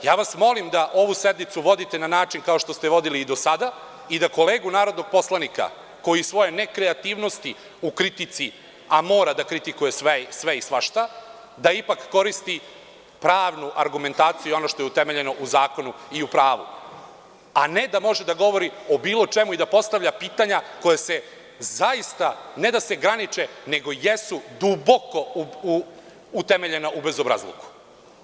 Molim vas da ovu sednicu vodite na način kao što ste je vodili i do sada i da kolegu narodnog poslanika, koji svoje nekreativnosti u kritici, a mora da kritikuje sve i svašta, da ipak koristi pravnu argumentaciju i ono što je utemeljeno u zakonu i u pravu, a ne da može da govori o bilo čemu i da postavlja pitanja koja se zaista, ne da se graniče, nego jesu duboko utemeljena u bezobrazluku.